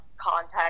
contact